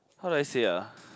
how do I say ah